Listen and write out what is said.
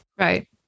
Right